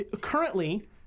currently